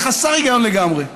זה חסר היגיון לגמרי.